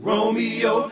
Romeo